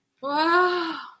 Wow